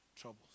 troubles